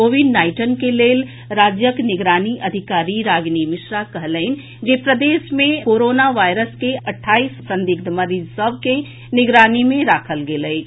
Covid nineteen के लेल राज्यक निगरानी अधिकारी रागिनी मिश्रा कहलनि जे प्रदेश मे कोरोना वायरस के अठाईस संदिग्ध मरीज सभ के निगरानी मे राखल गेल अछि